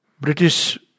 British